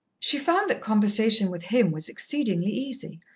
she found that conversation with him was exceedingly easy,